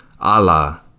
Allah